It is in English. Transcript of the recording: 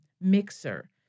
mixer